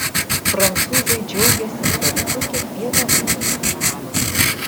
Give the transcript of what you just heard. prancūzai džiaugiasi savitu kiekvieno vaiko temperamentu